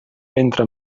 ventre